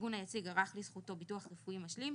שהארגון היציג ערך לזכותו ביטוח רפואי משלים,